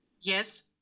Yes